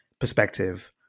perspective